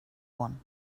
one